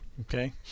Okay